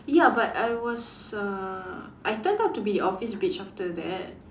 ya but I was uh I turned out to be a office bitch after that